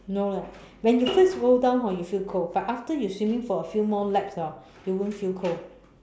no leh when you first go down hor you feel cold but after you swimming for a few laps orh you won't feel cold